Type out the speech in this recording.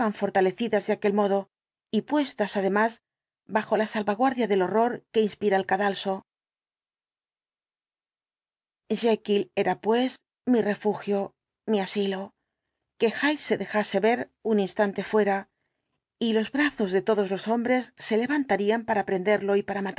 fortalecidas de aquel modo y puestas además bajo la salvaguardia del horror que inspira el cadalso jekyll era pues mi refugio mi asilo que hyde se dejase ver un instante fuera el dr jekyll y los brazos de todos los hombres se levan tarían para prenderlo y para